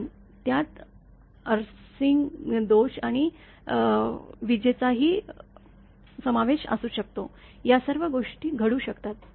पण त्यात आर्सिंग दोष आणि विजेचाही समावेश असू शकतो या सर्व गोष्टी घडू शकतात